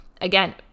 Again